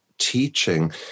teaching